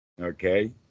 okay